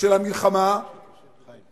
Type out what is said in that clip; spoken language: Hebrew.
של המלחמה, חיים.